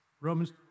Romans